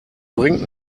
bringt